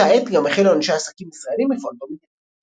באותה עת גם החלו אנשי עסקים ישראלים לפעול במדינה.